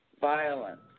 violence